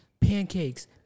Pancakes